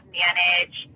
manage